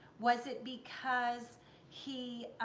was it because he